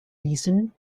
reason